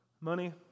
money